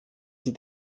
die